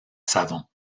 savon